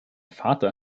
vater